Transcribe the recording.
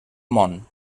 món